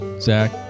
Zach